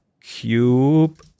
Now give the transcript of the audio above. cube